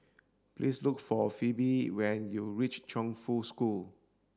please look for Phoebe when you reach Chongfu School